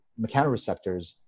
mechanoreceptors